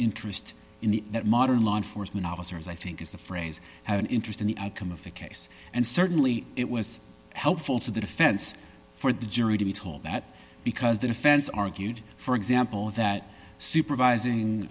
interest in the that modern law enforcement officers i think is the phrase have an interest in the outcome of the case and certainly it was helpful to the defense for the jury to be told that because the defense argued for example that supervising